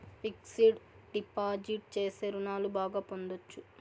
fixed deposit చేస్తే రుణాలు బాగా పొందొచ్చు